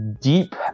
deep